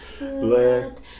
Let